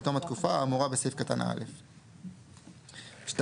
מתום התקופה האמורה בסעיף קטן (א); (2)